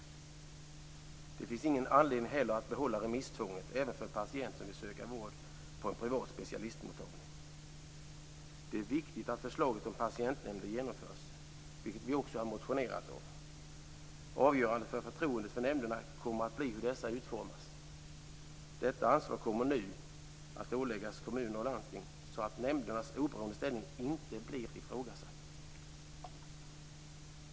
Det finns ingen anledning att behålla remisstvånget, även för en patient som vill söka vård på en privat specialistmottagning. Det är viktigt att förslaget om patientnämnder genomförs, vilket vi också har motionerat om. Avgörande för förtroendet för nämnderna blir hur dessa kommer att utformas. Detta ansvar kommer nu att åläggas kommuner och landsting, så att nämndernas oberoende ställning inte blir ifrågasatt.